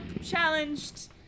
challenged